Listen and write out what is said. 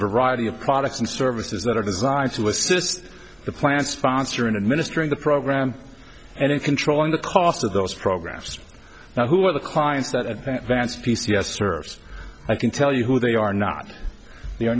variety of products and services that are designed to assist the plant sponsor in administering the program and in controlling the cost of those programs now who are the clients that vance p c s service i can tell you who they are not the